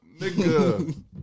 Nigga